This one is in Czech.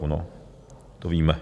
No, to víme.